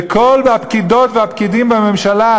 וכל הפקידות והפקידים בממשלה,